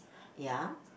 ya